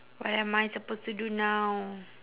what am I supposed to do now